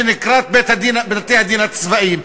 שנקראת בתי-הדין הצבאיים,